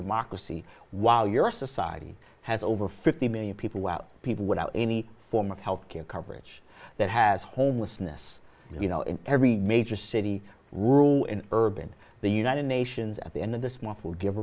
democracy while your society has over fifty million people out people without any form of health care coverage that has homelessness you know in every major city rural and urban the united nations at the end of this month will give